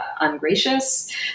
ungracious